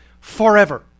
forever